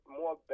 more